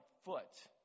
foot